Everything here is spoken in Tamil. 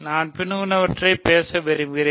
நான் பின்வருவனவற்றைப் பற்றி பேச விரும்புகிறேன்